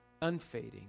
unfading